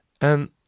And-